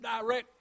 direct